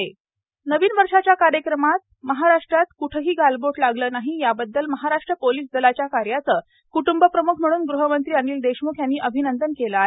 गूहमंत्री अनिल देशमुख नवीन वर्षाच्या कार्यक्रमांस महाराष्ट्रात कोठेही गालबोट लागले नाही याबद्दल महाराष्ट्र पोलीस दलाच्या या कार्याचे कुटुंबप्रमुख म्हणून गृहमंत्री अनिल देशमुख यांनी अभिनंदन केले आहे